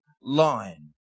line